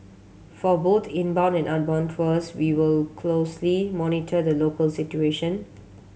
for both inbound and outbound tours we will closely monitor the local situation